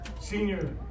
senior